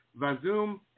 Vazoom